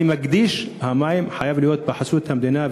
אני מדגיש: המים חייבים להיות בחסות המדינה.